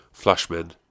Flashman